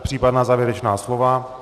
Případná závěrečná slova?